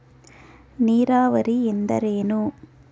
ನೀರಾವರಿ ಎಂದರೇನು?